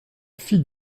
fille